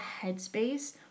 headspace